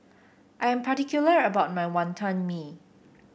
I am particular about my Wonton Mee